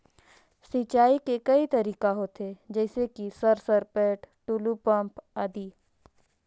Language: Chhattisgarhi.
सिंचाई के कई तरीका होथे? जैसे कि सर सरपैट, टुलु पंप, आदि?